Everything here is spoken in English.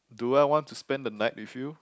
do I want to spend the night with you